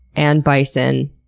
and bison?